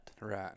right